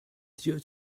due